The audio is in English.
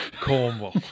Cornwall